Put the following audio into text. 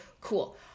cool